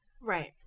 right